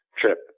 trip